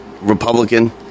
Republican